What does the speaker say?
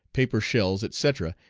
paper shells, etc,